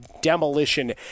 demolition